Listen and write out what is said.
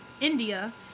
India